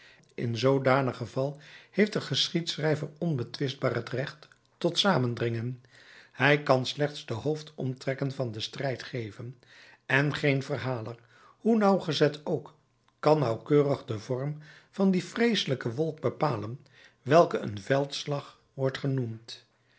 in zoodanig geval heeft de geschiedschrijver onbetwistbaar het recht tot samendringen hij kan slechts de hoofdomtrekken van den strijd geven en geen verhaler hoe nauwgezet ook kan nauwkeurig den vorm van die vreeselijke wolk bepalen welke een veldslag wordt genoemd